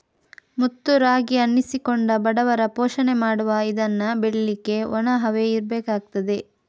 ಮುತ್ತು ರಾಗಿ ಅನ್ನಿಸಿಕೊಂಡ ಬಡವರ ಪೋಷಣೆ ಮಾಡುವ ಇದನ್ನ ಬೆಳೀಲಿಕ್ಕೆ ಒಣ ಹವೆ ಇರ್ಬೇಕಾಗ್ತದೆ